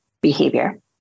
behavior